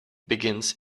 begins